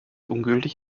ungültig